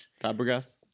Fabregas